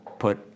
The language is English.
put